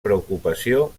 preocupació